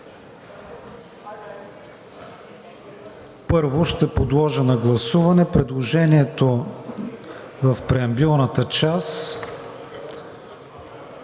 Първо ще подложа на гласуване предложението в преамбюлната част